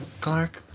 Clark